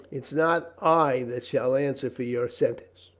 it's not i that shall answer for your sentence.